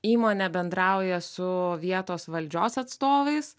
įmonė bendrauja su vietos valdžios atstovais